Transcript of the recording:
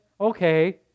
okay